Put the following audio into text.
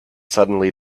suddenly